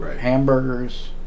hamburgers